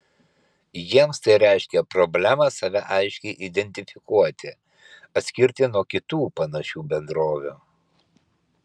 jiems tai reiškia problemą save aiškiai identifikuoti atskirti nuo kitų panašių bendrovių